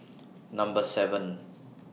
Number seven